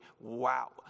Wow